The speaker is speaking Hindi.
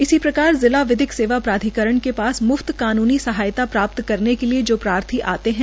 इसी प्रकार जिला विधिक सेवा प्राधिकरण के पास मुफ्त कानूनी सहायता प्राप्त करने के लिए जो भी प्रार्थी आते है